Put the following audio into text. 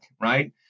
Right